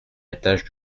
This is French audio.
étage